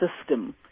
system